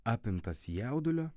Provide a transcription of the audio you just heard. apimtas jaudulio